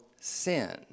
sin